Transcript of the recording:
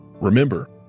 Remember